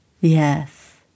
Yes